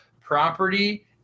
property